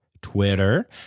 Twitter